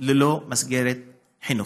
תודה.